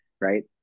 right